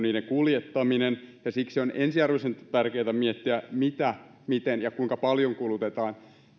niiden kuljettaminen ja siksi on ensiarvoisen tärkeää miettiä mitä miten ja kuinka paljon kulutetaan